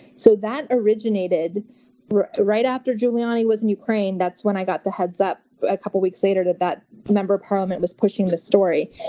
so that originated right after giuliani was in ukraine. that's when i got the heads up a couple weeks later that that member of parliament was pushing the story.